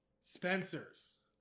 Spencers